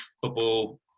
football